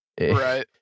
Right